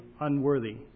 unworthy